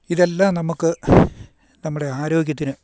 ഇതെല്ലാം നമുക്ക് നമ്മുടെ ആരോഗ്യത്തിന്